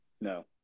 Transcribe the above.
No